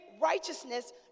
righteousness